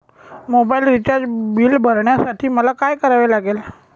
Mobile recharge bill भरण्यासाठी मला काय करावे लागेल?